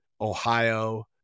ohio